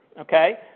okay